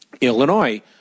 Illinois